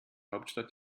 hauptstadt